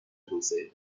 توسعه